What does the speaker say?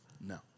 No